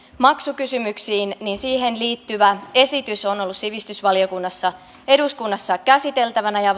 maksukysymyksiin niin siihen liittyvä esitys on ollut sivistysvaliokunnassa eduskunnassa käsiteltävänä ja